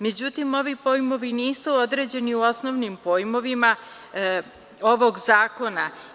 Međutim, ovi pojmovi nisu određeni u osnovnim pojmovima ovog zakona.